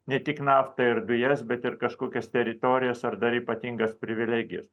ne tik naftą ir dujas bet ir kažkokias teritorijas ar dar ypatingas privilegijas